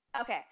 Okay